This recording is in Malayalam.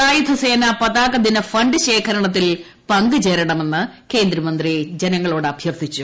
സായുധസേനാ പതാകദിന ഫണ്ട് ശേഖരണത്തിൽ പങ്കുചേരണമെന്ന് കേന്ദ്രമന്ത്രി ജനങ്ങളോട് അഭ്യർത്ഥിച്ചു